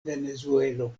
venezuelo